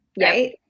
Right